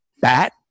bat